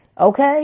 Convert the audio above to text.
Okay